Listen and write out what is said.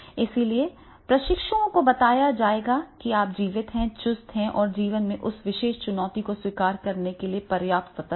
इसलिए प्रशिक्षुओं को बताया जाएगा कि आप जीवित हैं चुस्त हैं और जीवन में उस विशेष चुनौती को स्वीकार करने के लिए पर्याप्त सतर्क हैं